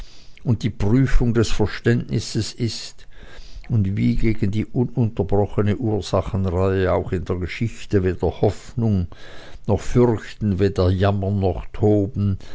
und die prüfung des verständnisses ist und wie gegen die ununterbrochene ursachenreihe auch in der geschichte weder hoffen noch fürchten weder jammern noch toben